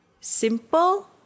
simple